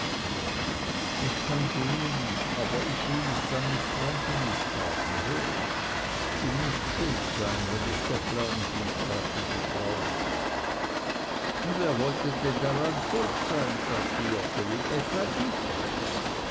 ich kann gehen aber ich will mich dann nicht dareingemischt haben hörst will nicht schuld sein wenns doch lärm gibt sagte die frau und wer sollte dann daran schuld sein sagte joggeli etwa ich